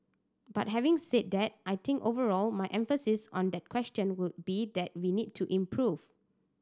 but having said that I think overall my emphasis on that question would be that we need to improve